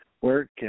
work